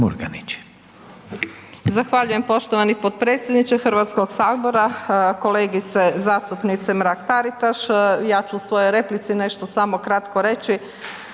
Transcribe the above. Zahvaljujem poštovani potpredsjedniče Hrvatskog sabora. Kolegice zastupnice Mrak Taritaš. Ja ću u svojoj replici nešto samo kratko reći